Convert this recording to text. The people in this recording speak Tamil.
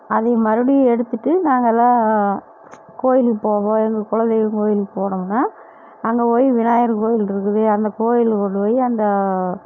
அதை மறுபடியும் எடுத்துட்டு நாங்கள்லாம் கோயிலுக்குப் போவோம் எங்கள் குலதெய்வம் கோயிலுக்குப் போனோம்னால் அங்கே போய் விநாயகர் கோயில் இருக்குது அந்தக் கோயிலில் கொண்டு போய் அந்த